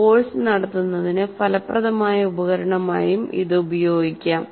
ഒരു കോഴ്സ് നടത്തുന്നതിന് ഫലപ്രദമായ ഉപകരണമായും ഇത് ഉപയോഗിക്കാം